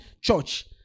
church